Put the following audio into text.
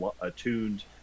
attuned